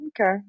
Okay